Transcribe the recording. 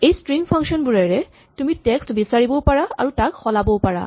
এই string function বোৰেৰে তুমি টেক্স্ট বিচাৰিবও পাৰা আৰু তাক সলাবও পাৰা